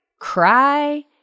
cry